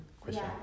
question